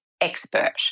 expert